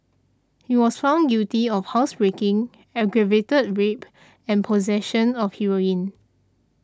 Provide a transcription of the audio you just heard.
he was found guilty of housebreaking aggravated rape and possession of heroin